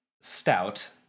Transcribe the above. stout